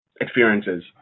experiences